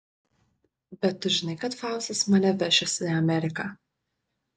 bet tu žinai kad faustas mane vešis į ameriką